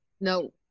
No